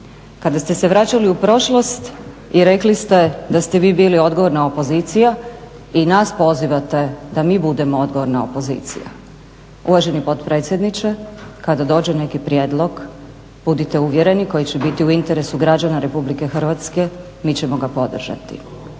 Kada ste se vraćali u prošlost i rekli ste da ste vi bili odgovorna opozicija i nas pozivate da mi budemo odgovorna opozicija. Uvaženi potpredsjedniče kada dođe neki prijedlog, budite uvjereni koji će biti u interesu građana Republike Hrvatske mi ćemo ga podržati.